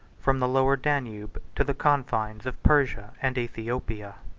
from the lower danube to the confines of persia and aethiopia.